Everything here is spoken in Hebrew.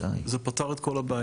זה פתר את כל הבעיה.